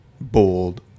bold